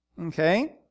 Okay